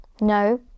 No